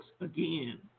again